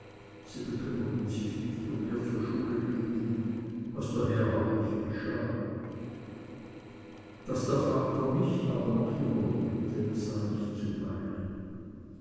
sie bekümmerten sich nicht ob wir zur schule gingen was daher auch nicht geschah daß der vater mich aber noch immer liebte sah ich zuweilen